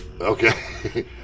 Okay